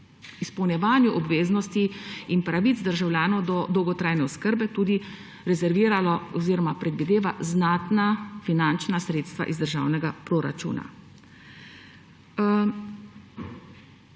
izpolnjevanju obveznosti ter pravic državljanov do dolgotrajne oskrbe tudi rezervirala oziroma predvideva znatna finančna sredstva iz državnega proračuna.